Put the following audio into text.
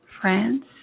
France